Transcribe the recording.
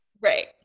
right